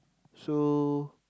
so